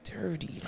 dirty